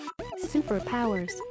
superpowers